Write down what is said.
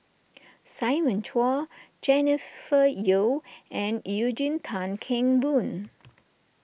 Simon Chua Jennifer Yeo and Eugene Tan Kheng Boon